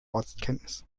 ortskenntnis